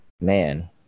Man